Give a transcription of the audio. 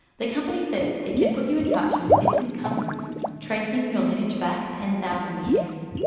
the company says it can put you in touch with distant cousins, tracing your lineage back ten thousand years.